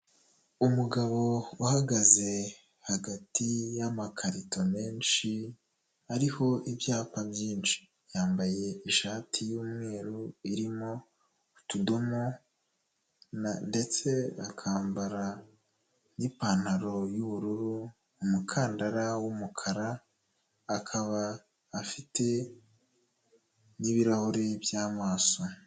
Umugabo uhagaze hagati y'amakarito menshi ariho ibyapa byinshi, yambaye ishati y'umweru irimo utudomo ndetse akambara n'ipantaro y'ubururu, umukandara w'umukara, akaba afite n'ibirahuri by'amaso.